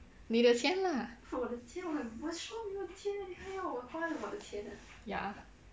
你的钱啦 ya